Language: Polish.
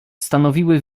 stanowiły